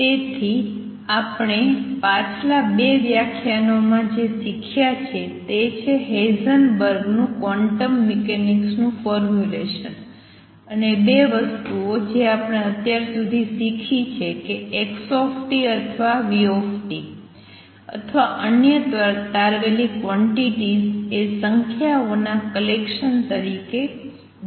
તેથી આપણે પાછલા ૨ વ્યાખ્યાનોમાં જે શીખ્યા છે તે છે હેઇસેનબર્ગ નું ક્વોન્ટમ મિકેનિક્સ નું ફોર્મ્યુલેશન અને ૨ વસ્તુઓ જે આપણે અત્યાર સુધી શીખી છે કે xt અથવા vt અથવા અન્ય તારવેલી ક્વોંટીટીઝ એ સંખ્યાઓના કલેક્શન તરીકે દર્શાવવી જોઈએ